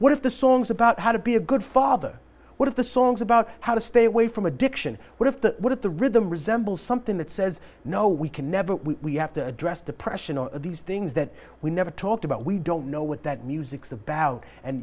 what if the songs about how to be a good father what are the songs about how to stay away from addiction what if the what if the rhythm resembles something that says no we can never we have to address depression all of these things that we never talked about we don't know what that music's about and